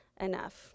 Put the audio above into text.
enough